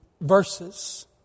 verses